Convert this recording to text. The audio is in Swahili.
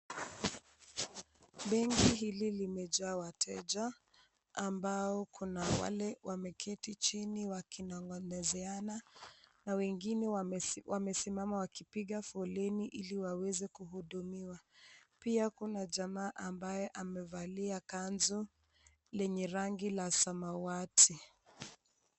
Benki hili limejaa wateja ambao kuna wale wameketi chini wakinogonezeana na wengine wamesimama wakipiga foleni ili waweze kuhudumiwa. Pia kuna jamaa ambaye amevalia kanzu lenye rangi la samawati.